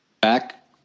back